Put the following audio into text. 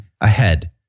ahead